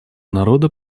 народа